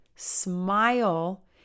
smile